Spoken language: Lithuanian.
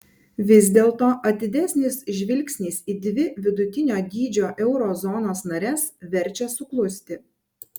vis dėlto atidesnis žvilgsnis į dvi vidutinio dydžio euro zonos nares verčia suklusti